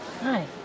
hi